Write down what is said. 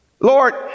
Lord